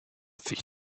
sich